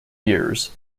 years